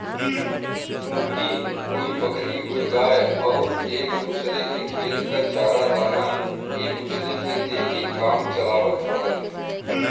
मुर्गी, कोई बकरी कोई गाय आउर एक दूसर के खेत क चारा दाना एक दूसर के दे के काम चलावत रहल